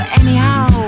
anyhow